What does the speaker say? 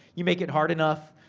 you make it hard enough,